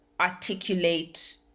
articulate